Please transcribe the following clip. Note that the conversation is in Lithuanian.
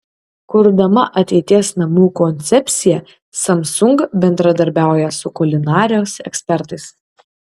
kurdama ateities namų koncepciją samsung bendradarbiauja su kulinarijos ekspertais